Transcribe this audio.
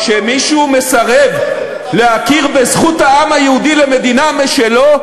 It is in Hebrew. כשמישהו מסרב להכיר בזכות העם היהודי למדינה משלו,